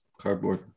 cardboard